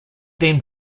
then